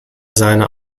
seine